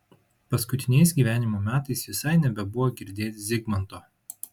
paskutiniais gyvenimo metais visai nebebuvo girdėt zigmanto